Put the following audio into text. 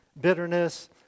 bitterness